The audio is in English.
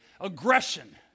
aggression